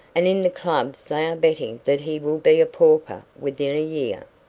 and in the clubs they are betting that he will be a pauper within a year.